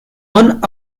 one